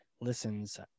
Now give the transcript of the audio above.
listens